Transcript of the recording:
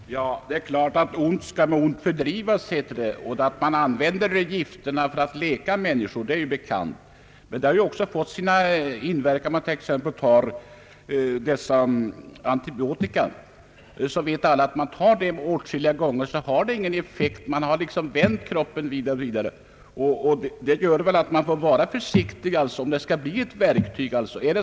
Herr talman! Det är klart att ont skall med ont fördrivas, som det heter, och att man använder gifter för att läka människor är ju bekant. Men detta har också fått sina biverkningar. Beträffande t.ex. antibiotika vet alla att om man tar sådana medel åtskilliga gånger så har de inte längre någon effekt. Man har liksom vant kroppen vid dem. Det gör att man skall vara försiktig om dessa medel skall bli verksamma.